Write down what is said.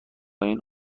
این